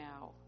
now